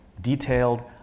detailed